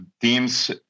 teams